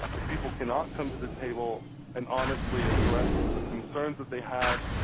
if people cannot come to the table and honestly address the concerns that they have,